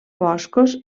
boscos